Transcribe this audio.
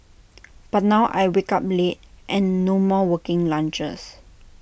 but now I wake up late and no more working lunches